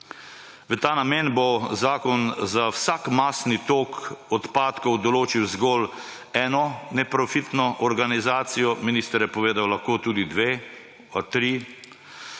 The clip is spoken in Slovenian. V ta namen bo zakon za vsak masni tok odpadkov določil zgolj eno neprofitno organizacijo – minister je povedal, da lahko tudi dve ali